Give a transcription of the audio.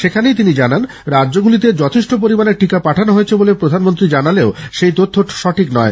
সেখানেই তিনি জানান রাজ্যগুলিতে যথেষ্ট পরিমাণে টিকা পাঠানো হয়েছে বলে প্রধানমন্ত্রী জানালেও সেই তথ্য সঠিক নয়